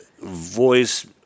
voice